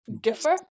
Differ